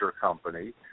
company